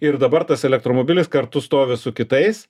ir dabar tas elektromobilis kartu stovi su kitais